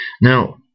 Now